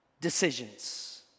decisions